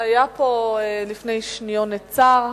היה פה לפני שניונת שר.